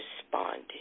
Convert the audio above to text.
responded